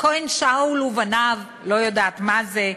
"כהן שאול ובניו" לא יודעת מה זה,